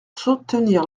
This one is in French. soutenir